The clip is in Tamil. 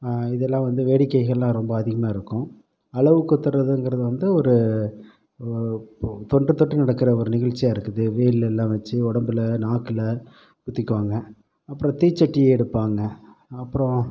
இதெல்லாம் வந்து வேடிக்கைகள் ரொம்ப அதிகமாக இருக்கும் அலகு குத்துகிறதுனுங்குறது வந்து ஒரு தொன்று தொட்டு நடக்கிற ஒரு நிகழ்ச்சியாக இருக்குது வேலெலாம் வைச்சு உடம்புல நாக்கில் குத்திக்குவாங்க அப்புறம் தீ சட்டி எடுப்பாங்க அப்புறம்